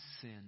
sin